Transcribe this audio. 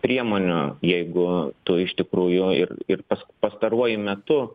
priemonių jeigu tu iš tikrųjų ir ir pastaruoju metu